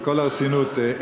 בכל הרצינות,